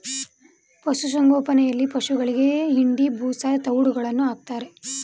ಪಶುಸಂಗೋಪನೆಯಲ್ಲಿ ಪಶುಗಳಿಗೆ ಹಿಂಡಿ, ಬೂಸಾ, ತವ್ಡುಗಳನ್ನು ಹಾಕ್ತಾರೆ